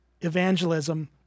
evangelism